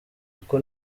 uko